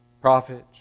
prophets